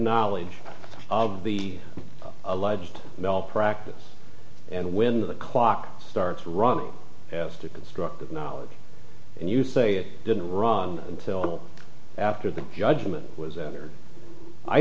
knowledge of the alleged malpractise and when the clock starts running as to construct that knowledge and you say it didn't run until after the judgment was there i